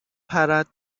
پرد